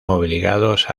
obligados